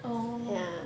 orh